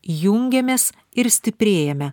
jungiamės ir stiprėjame